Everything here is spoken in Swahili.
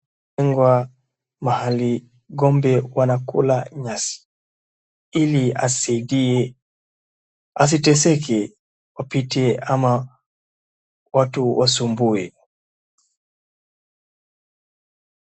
Amefungwa mahali ngombe wanakula nyasi ili asiteseke wapite ama watu wamsumbue.